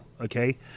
okay